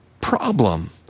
problem